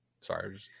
sorry